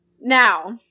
now